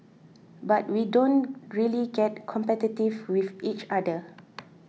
but we don't really get competitive with each other